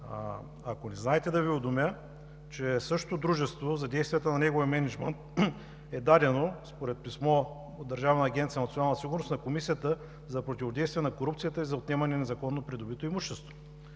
Ако не знаете, да Ви уведомя, че същото дружество, за действията на неговия мениджмънт е дадено, според писмо от Държавна агенция „Национална сигурност“, на Комисията за противодействие на корупцията и за отнемане на незаконно придобито имущество.